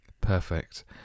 Perfect